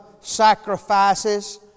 sacrifices